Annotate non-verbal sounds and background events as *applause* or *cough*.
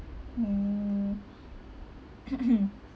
mm *coughs*